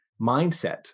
mindset